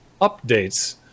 updates